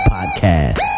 Podcast